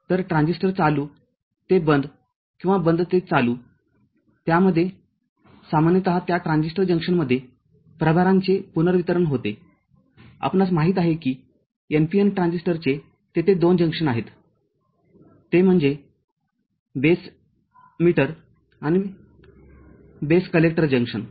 तरट्रांझिस्टर चालू ते बंद किंवा बंद ते चालू त्यामध्ये सामान्यत त्या ट्रान्झिस्टर जंक्शनमध्ये प्रभारांचे पुनर्वितरण होते आपणास माहित आहे की npn ट्रांझिस्टरचे तेथे दोन जंक्शनआहेत ते म्हणजे बेस मीटरआणि बेस कलेक्टर जंक्शन